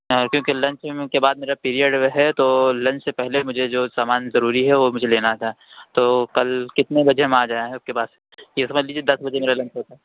آ کیونکہ لنچ کے بعد میرا پیرئیڈ ہے تو لنچ سے پہلے مجھے جو سامان ضروری ہے وہ مجھے لینا ہے تو کل کتنے بجے ہم آ جائیں آپ کے پاس یہ سمجھ لیجیے دس بجے میرا لنچ ہوتا ہے